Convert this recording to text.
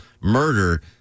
murder